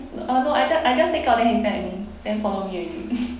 uh no I just I just take out then he stare at me then follow me already